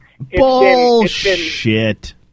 Bullshit